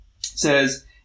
says